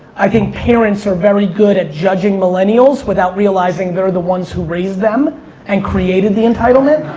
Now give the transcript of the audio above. i think parents are very good at judging millennials without realizing they're the ones who raised them and created the entitlement.